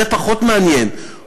זה פחות מעניין,